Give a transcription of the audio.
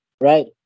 right